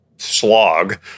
slog